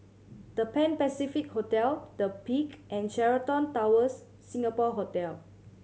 The Pan Pacific Hotel The Peak and Sheraton Towers Singapore Hotel